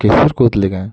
କେଶର୍ କହୁଥିଲେ କାଁ